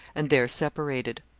and there separated.